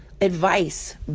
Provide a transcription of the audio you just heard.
advice